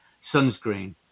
Sunscreen